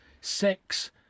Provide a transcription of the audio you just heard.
six